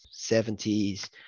70s